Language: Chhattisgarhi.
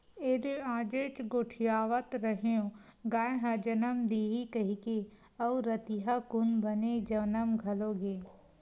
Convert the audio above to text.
एदे आजेच गोठियावत रेहेंव गाय ह जमन दिही कहिकी अउ रतिहा कुन बने जमन घलो गे